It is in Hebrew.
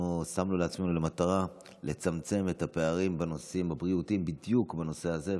שמנו לעצמנו למטרה לצמצם את הפערים בנושאים הבריאותיים בדיוק בנושא הזה.